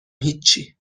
هیچی